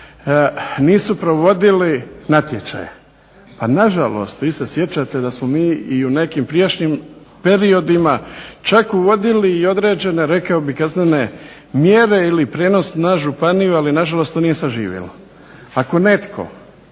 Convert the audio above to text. nisu provodili natječaj. A nažalost, vi se sjećate da smo mi i u neki prijašnjim periodima čak uvodili neke određen kaznene mjere ili prijenos na županiju ali nažalost to nije saživilo. Ako netko